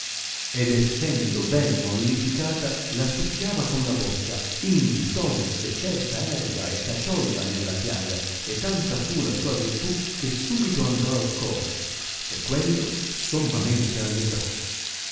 ed essendo ben mollificata la succhiava con la bocca indi tolse certa erba e cacciolla nella piaga e tanta fu la sua virtù che subito andò al core e quello sommamente allegrò